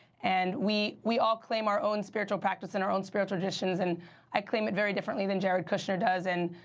and we we all claim our own spiritual practice and our own spiritual traditions, and i claim it very differently than jared kushner does. and,